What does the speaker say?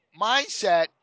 mindset